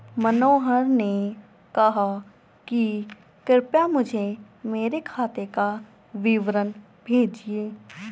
मनोहर ने कहा कि कृपया मुझें मेरे खाते का विवरण भेजिए